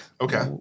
Okay